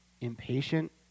impatient